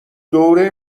دوره